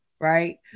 Right